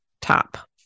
top